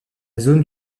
zone